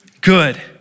Good